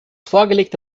vorgelegte